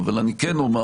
אבל אני כן אומר